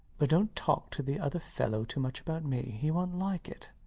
but dont talk to the other fellow too much about me he wont like it.